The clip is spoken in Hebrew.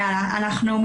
תודה.